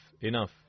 enough